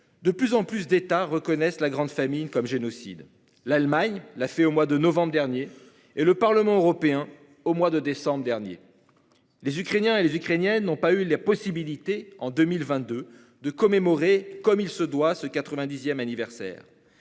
De plus en plus d'États reconnaissent la grande famine comme génocide l'Allemagne l'a fait au mois de novembre dernier et le parlement européen au mois de décembre dernier. Les Ukrainiens et les Ukrainiennes n'ont pas eu la possibilité en 2022 de commémorer comme il se doit ce 90ème anniversaire.